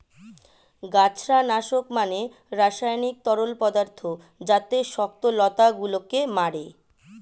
গাছড়া নাশক মানে রাসায়নিক তরল পদার্থ যাতে শক্ত লতা গুলোকে মারে